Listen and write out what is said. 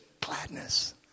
gladness